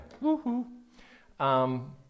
Woo-hoo